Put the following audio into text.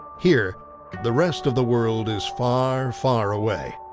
here the rest of the world is far, far away.